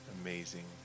amazing